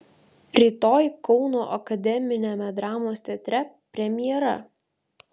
rytoj kauno akademiniame dramos teatre premjera